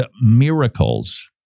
miracles